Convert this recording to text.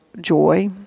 joy